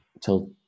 till